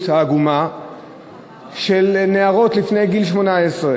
אדוני היושב-ראש,